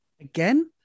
Again